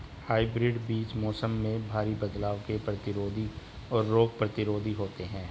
hybrid बीज मौसम में भारी बदलाव के प्रतिरोधी और रोग प्रतिरोधी होते हैं